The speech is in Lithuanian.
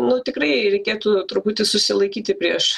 nu tikrai reikėtų truputį susilaikyti prieš